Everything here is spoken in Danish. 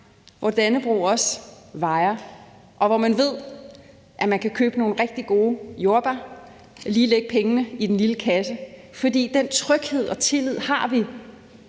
hvor Dannebrog også vajer, og hvor man ved, at man kan købe nogle rigtig gode jordbær og lige lægge pengene i den lille kasse, for den tryghed og tillid har vi